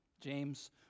James